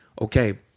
okay